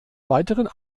weiteren